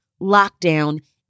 Lockdown